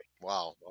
Wow